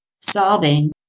Sobbing